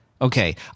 Okay